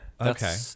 Okay